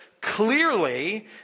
clearly